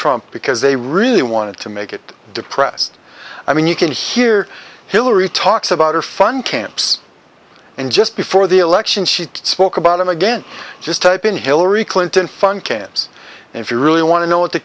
trump because they really wanted to make it depressed i mean you can hear hillary talks about her fund camps and just before the election she spoke about him again just type in hillary clinton fund camps and if you really want to know what the